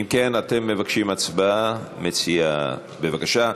אם כן, אתם מבקשים הצבעה, המציע, בבקשה.